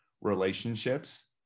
relationships